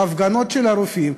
עם ההפגנות של הרופאים,